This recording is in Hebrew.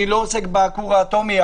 אני לא עוסק בכור האטומי,